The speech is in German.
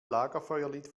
lagerfeuerlied